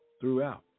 throughout